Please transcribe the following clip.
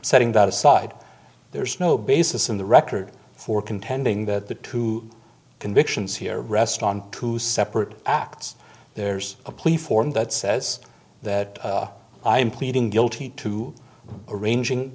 setting that aside there's no basis in the record for contending that the two convictions here restaurant two separate acts there's a plea form that says that i am pleading guilty to arranging